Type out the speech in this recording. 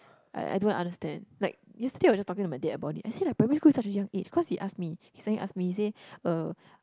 I I don't understand like yesterday I was just talking to my dad about it I say like primary school is such a young age cause he ask me he suddenly ask me he say uh